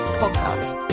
podcast